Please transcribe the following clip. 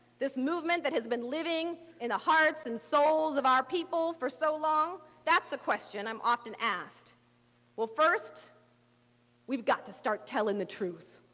this movement that has been living in the hearts and souls of our people for so long? that's the question i'm often asked well first we've got to start telling the truth.